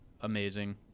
amazing